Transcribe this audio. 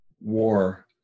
war